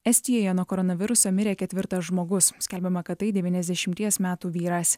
estijoje nuo koronaviruso mirė ketvirtas žmogus skelbiama kad tai devyniasdešimties metų vyras